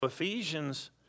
Ephesians